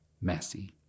messy